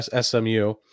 SMU